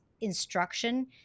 instruction